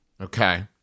Okay